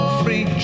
free